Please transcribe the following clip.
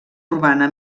urbana